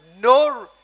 no